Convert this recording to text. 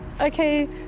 Okay